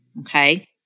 Okay